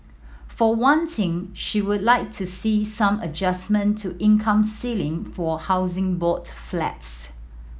for one thing she would like to see some adjustment to income ceiling for a Housing Board flats